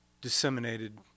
disseminated